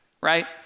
right